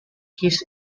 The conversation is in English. kiss